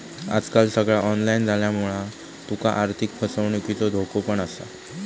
आजकाल सगळा ऑनलाईन झाल्यामुळा तुका आर्थिक फसवणुकीचो धोको पण असा